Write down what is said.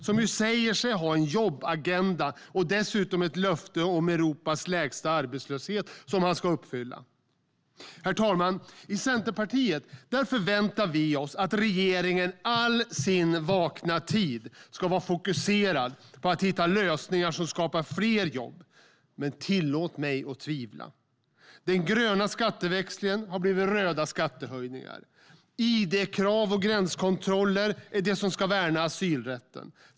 Han säger sig ju ha en jobbagenda, och dessutom har han ett löfte om Europas lägsta arbetslöshet som han ska uppfylla. Herr talman! I Centerpartiet förväntar vi oss att regeringen all sin vakna tid ska vara fokuserad på att hitta lösningar som skapar fler jobb. Men tillåt mig att tvivla. Den gröna skatteväxlingen har blivit röda skattehöjningar. Id-krav och gränskontroller är det som ska värna asylrätten.